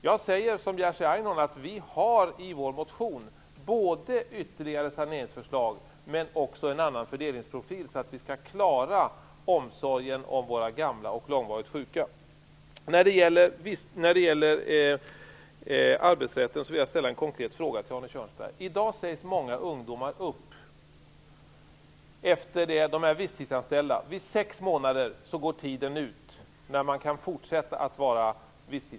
Jag säger som Jerzy Einhorn: Vi har i vår motion ytterligare saneringsförslag, men vi har också en annan fördelningspolitik för att klara omsorgen om våra gamla och långvarigt sjuka. När det gäller arbetsrätten vill jag ställa en konkret fråga till Arne Kjörnsberg. I dag sägs många visstidsanställda ungdomar upp efter sex månader, när tiden för visstidsanställning går ut.